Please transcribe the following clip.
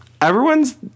everyone's